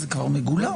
זה כבר מגולם.